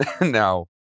Now